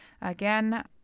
Again